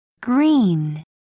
Green